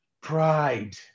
Pride